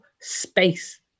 Space